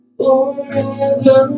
forever